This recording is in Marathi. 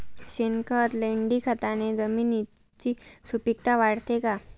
शेणखत, लेंडीखताने जमिनीची सुपिकता वाढते का?